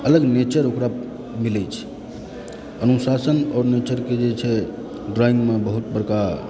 अलग नेचर ओकरा मिलय छै अनुशासन आओर नेचरके जे छै ड्राइंगमे बहुत बड़का